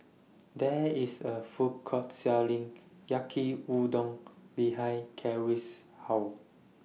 There IS A Food Court Selling Yaki Udon behind Carie's House